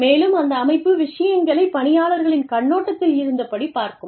மேலும் அந்த அமைப்பு விஷயங்களை பணியாளர்களின் கண்ணோட்டத்தில் இருந்தபடி பார்க்கும்